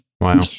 Wow